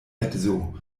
edzo